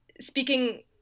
speaking